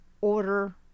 order